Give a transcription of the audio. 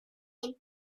lion